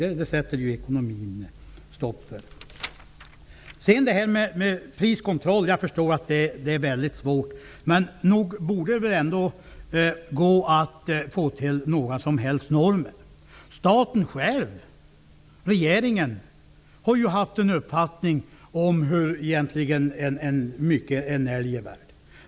Det sätter ekonomin stopp för. Jag förstår att det är svårt med priskontroll. Men nog borde det gå att få till stånd normer av något slag. Staten själv, regeringen, har ju haft en uppfattning om hur mycket en älg är värd.